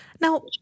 Now